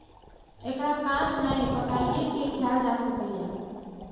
एकरा कांच नहि, पकाइये के खायल जा सकैए